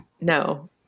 No